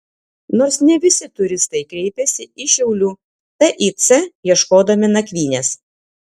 nors ne visi turistai kreipiasi į šiaulių tic ieškodami nakvynės